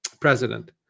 president